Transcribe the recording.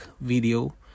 video